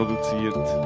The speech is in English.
produziert